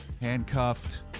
handcuffed